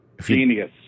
genius